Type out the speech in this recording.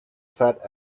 fat